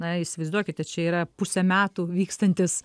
na įsivaizduokite čia yra pusę metų vykstantis